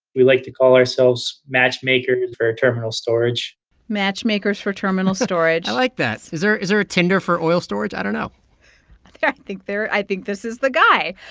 we like to call ourselves matchmakers for terminal storage matchmakers for terminal storage i like that. is there is there a tinder for oil storage? i don't know i think there i think this is the guy.